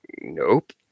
nope